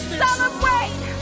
celebrate